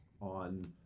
on